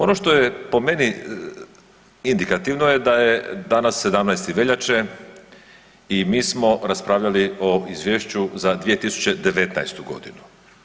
Ono što je po meni indikativno je da je danas 17. veljače i mi smo raspravljali o Izvješću za 2019. godinu.